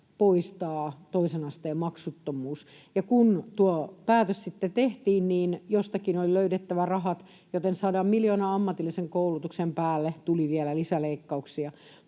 poistaa toisen asteen maksuttomuus. Kun tuo päätös sitten tehtiin, niin jostakin oli löydettävä rahat, joten 100 miljoonan ammatillisen koulutuksen päälle tuli vielä lisäleikkauksia,